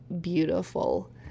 beautiful